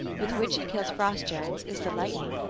with which he kills frost giants, is the lightning.